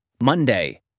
Monday